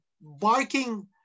barking